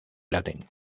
latín